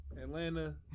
Atlanta